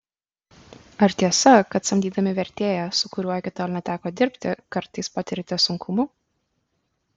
ar tiesa kad samdydami vertėją su kuriuo iki tol neteko dirbti kartais patiriate sunkumų